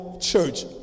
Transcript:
church